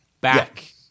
back